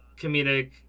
comedic